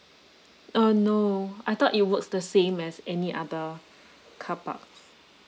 uh no I thought it works the same as any other car parks